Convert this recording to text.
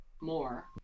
more